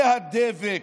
זה הדבק,